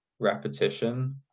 repetition